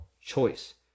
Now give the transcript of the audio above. choice